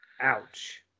Ouch